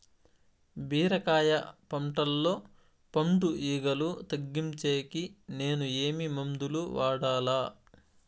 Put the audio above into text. బీరకాయ పంటల్లో పండు ఈగలు తగ్గించేకి నేను ఏమి మందులు వాడాలా?